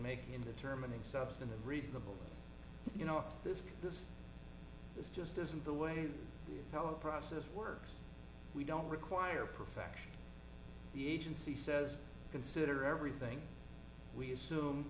make in the term in a substantive reasonable you know this this is just isn't the way our process works we don't require perfection the agency says consider everything we assume